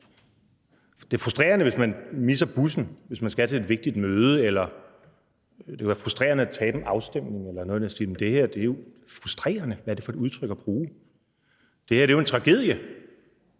Det er frustrerende, hvis man misser bussen, hvis man skal til et vigtigt møde, eller det vil være frustrerende at tabe en afstemning eller noget i den stil, men det her er jo – frustrerende, hvad er det for et udtryk at bruge? – en tragedie,